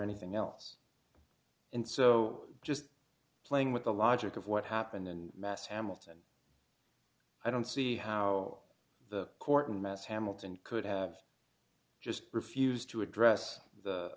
anything else and so just playing with the logic of what happened in mass hamilton i don't see how the court in mass hamilton could have just refused to address